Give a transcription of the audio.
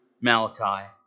Malachi